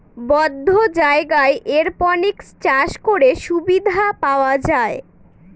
বদ্ধ জায়গায় এরপনিক্স চাষ করে সুবিধা পাওয়া যায়